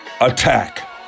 attack